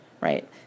right